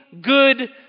good